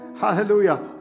hallelujah